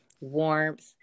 warmth